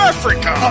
Africa